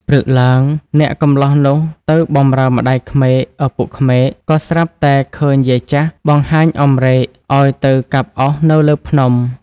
ព្រឹកឡើង អ្នកកម្លោះនោះទៅបម្រើម្តាយក្មេកឪពុកក្មេក ក៏ស្រាប់តែឃើញយាយចាស់ បង្ហាញអំរែកឲ្យទៅកាប់អុសនៅលើភ្នំ។